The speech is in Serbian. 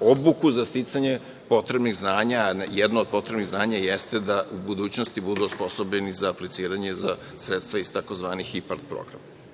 obuku za sticanje potrebnih znanja. Jedno od potrebnih znanja jeste da u budućnosti budu osposobljeni za apliciranje za sredstva iz takozvanih IPARD programa. Drugi